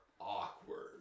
awkward